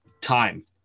time